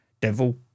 Devil